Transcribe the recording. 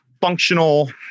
functional